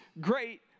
great